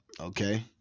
Okay